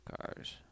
cars